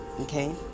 Okay